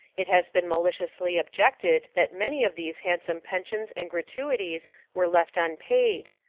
it has been maliciously objected that many of these handsome pensions and gratuities were left unpaid.